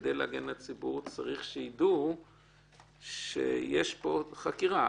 וכדי להגן על הציבור צריך שידעו שיש פה חקירה.